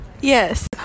Yes